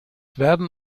werden